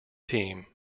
team